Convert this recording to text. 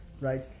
right